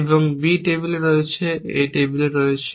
এবং B টেবিলে রয়েছে A টেবিলে রয়েছে